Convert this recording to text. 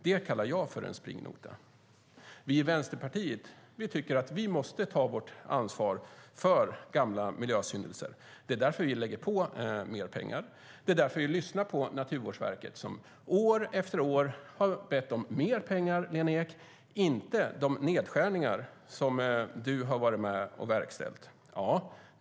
Det kallar jag springnota. Vänsterpartiet tycker att vi måste ta ansvar för gamla miljösynder. Det är därför vi lägger på mer pengar. Det är därför vi lyssnar på Naturvårdsverket, som år efter år har bett om mer pengar, Lena Ek, inte de nedskärningar som du har varit med om att verkställa.